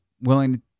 willing